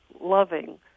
loving